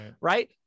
right